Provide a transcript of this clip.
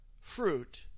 fruit